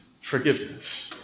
forgiveness